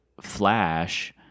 flash